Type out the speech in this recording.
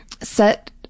Set